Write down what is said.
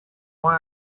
why